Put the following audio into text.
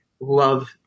love